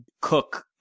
Cook